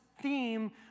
theme